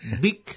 big